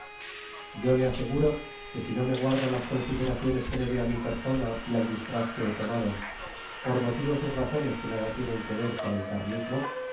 yo le aseguro que si no me guarda las consideraciones que debe a mi persona y al disfraz que he tomado por motivos y razones que nada tienen que ver con el carlismo